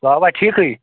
ٹھیٖکھٕے